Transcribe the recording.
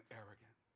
arrogant